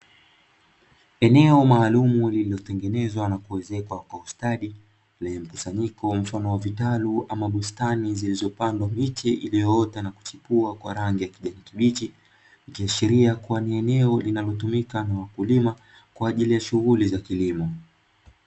Eneo maalumu limetengenezwa na kuezekwa kwa ustadi, lenye mkusanyiko mfano wa vitalu ama bustani zilizopandwa miti iliyoota na kuchipua kwa rangi ya kijani kibichi, ikiashiria kuwa ni eneo linalotumika na wakulima, kwa ajili ya shughuli za kilimo.